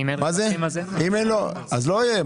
אם אין לו, אז לא יהיה.